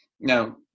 Now